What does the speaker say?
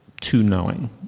too-knowing